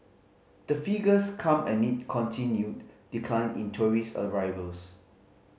the figures come amid continued decline in tourist arrivals